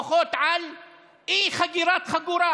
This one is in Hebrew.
דוחות על אי-חגירת חגורה.